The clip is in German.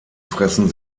fressen